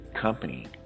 company